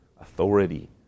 authority